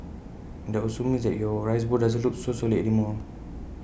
and that also means that your rice bowl doesn't look so solid anymore